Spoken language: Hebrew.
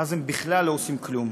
ואז הם בכלל לא עושים כלום.